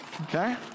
Okay